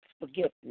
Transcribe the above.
forgiveness